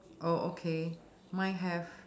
oh okay mine have